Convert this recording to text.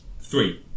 Three